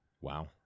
wow